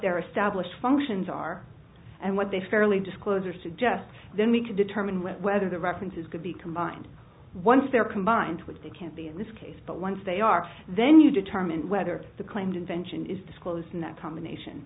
their established functions are and what they fairly disclosure suggests then we can determine whether the references could be combined once they're combined with they can be in this case but once they are then you determine whether the claimed invention is disclosed in that combination